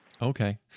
Okay